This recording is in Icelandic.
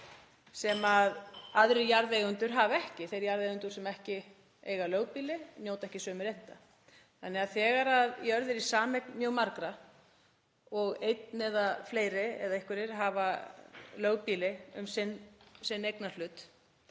sem aðrir jarðeigendur hafa ekki, þeir jarðeigendur sem ekki eiga lögbýli njóta ekki sömu réttinda. Þannig að þegar jörð er í sameign mjög margra og einn eða fleiri eða einhverjir hafa lögbýli um sinn eignarhlut